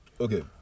Okay